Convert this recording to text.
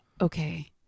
okay